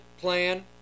plan